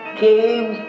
came